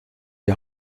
die